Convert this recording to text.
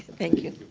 thank you.